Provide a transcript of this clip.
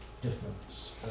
difference